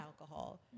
alcohol